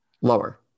Lower